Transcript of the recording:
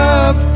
up